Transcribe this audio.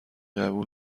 قبول